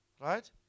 Right